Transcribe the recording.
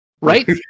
Right